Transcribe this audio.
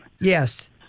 yes